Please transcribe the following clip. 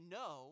no